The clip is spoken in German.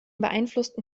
beeinflussten